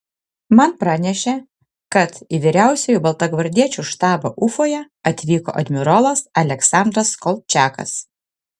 man pranešė kad į vyriausiąjį baltagvardiečių štabą ufoje atvyko admirolas aleksandras kolčiakas